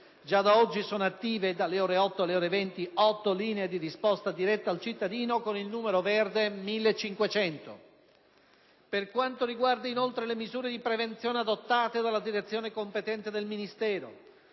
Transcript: Già da oggi sono attive, dalle ore 8 alle ore 20, 8 linee di risposta diretta al cittadino, con il numero verde 1500. Per quanto riguarda, inoltre, le misure di prevenzione adottate dalla Direzione competente del Ministero,